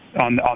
on